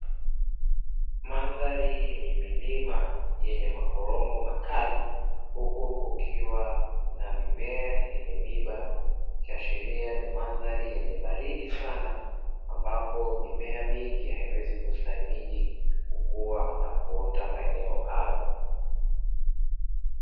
Mandhari yenye milima yenye makorongo makali huku kukiwa na mimea yenye miba ikiashiria ni mandhari yenye baridi sana, ambapo mimea mingi haiwezi kustahimili kukua na kuota maeneo hayo.